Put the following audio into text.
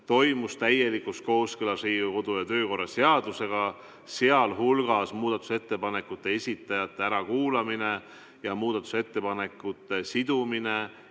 toimus täielikus kooskõlas Riigikogu kodu- ja töökorra seadusega, sh muudatusettepanekute esitajate ärakuulamine ja muudatusettepanekute sidumine